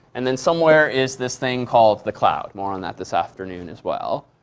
and then somewhere is this thing called the cloud, more on that this afternoon as well.